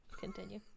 Continue